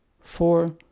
four